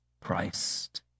Christ